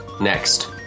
Next